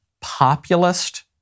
populist